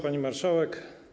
Pani Marszałek!